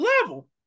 level